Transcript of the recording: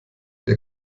der